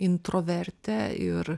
introvertė ir